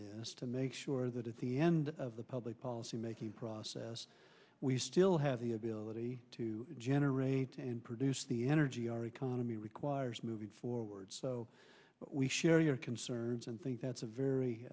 this to make sure that at the end of the public policy making process we still have the ability to generate and produce the energy our economy requires moving forward so we share your concerns and think that's a very